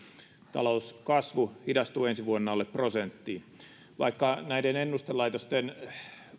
talouskasvu hidastuu ensi vuonna alle prosenttiin vaikka näiden ennustelaitosten